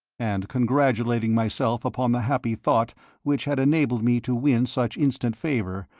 and congratulating myself upon the happy thought which had enabled me to win such instant favour,